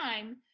time